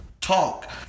talk